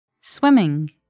Swimming